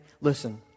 listen